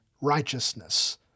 righteousness